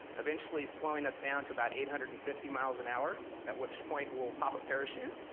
eventually slowing us down to about eight hundred and fifty miles an hour, at which point, we'll pop a parachute,